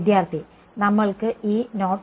വിദ്യാർത്ഥി നമ്മൾക്ക് e not